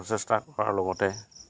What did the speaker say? প্ৰচেষ্টা কৰাৰ লগতে